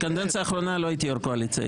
בקדנציה האחרונה לא הייתי יו"ר קואליציה,